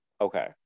Okay